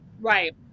right